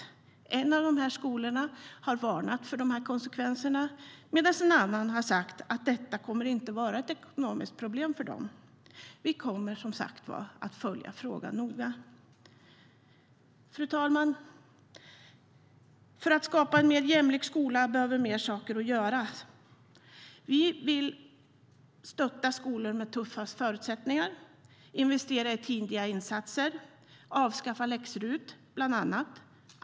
En av skolorna har varnat för konsekvenserna, medan en annan har sagt att detta inte kommer att vara ett ekonomiskt problem. Vi kommer att följa frågan noga. Fru talman! För att skapa en mer jämlik skola behöver fler saker göras. Vi vill stötta skolor med tuffast förutsättningar, investera i tidiga insatser och avskaffa läx-RUT, bland annat.